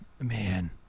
man